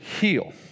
heal